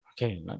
Okay